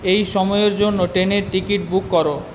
এই সময়ের জন্য ট্রেনের টিকিট বুক করো